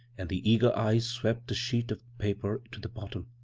and the eager eyes swept the sheet of paper to the bottom.